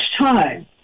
time